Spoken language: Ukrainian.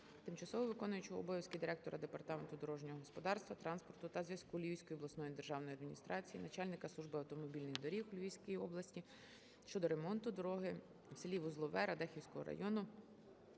дорожнього господарства, транспорту та зв'язку Львівської обласної державної адміністрації, начальника Служби автомобільних доріг у Львівській області щодо ремонту дороги в селі Вузлове Радехівського району